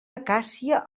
acàcia